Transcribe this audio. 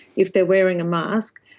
if they are wearing a mask,